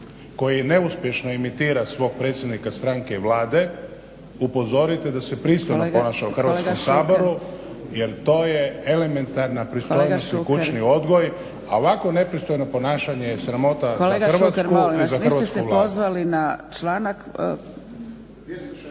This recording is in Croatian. koji neuspješno imitira svog predsjednika stranke i Vlade upozorite da se pristojno ponaša u Hrvatskom saboru jer to je elementarna pristojnost i kućni odgoj, a ovako nepristojno ponašanje je sramota za Hrvatsku… **Zgrebec, Dragica